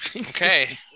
Okay